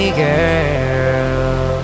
girl